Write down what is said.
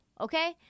okay